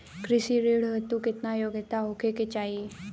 कृषि ऋण हेतू केतना योग्यता होखे के चाहीं?